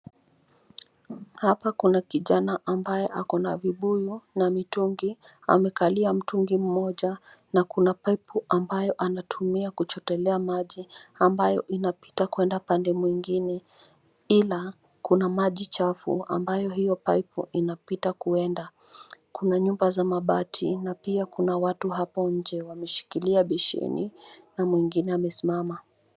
Hapa kuna kijana ambaye ako na vibuyu na mitungi. Amekalua mtungi mmoja na kuna paipu ambayo anatumia kujotelea maji ambayo inapita kwenda upande mwingine ila kuna maji chafu ambayo iyo paipu inapita kuenda. Kuna nyumba za mabati na pia kuna watu hapo nje wameshikilia besheni na mwingine amesimama.